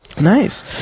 Nice